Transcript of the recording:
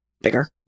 bigger